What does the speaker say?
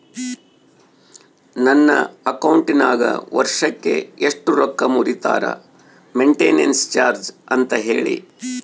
ನನ್ನ ಅಕೌಂಟಿನಾಗ ವರ್ಷಕ್ಕ ಎಷ್ಟು ರೊಕ್ಕ ಮುರಿತಾರ ಮೆಂಟೇನೆನ್ಸ್ ಚಾರ್ಜ್ ಅಂತ ಹೇಳಿ?